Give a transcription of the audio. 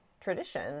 tradition